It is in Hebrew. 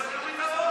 אז אני אוריד את הראש,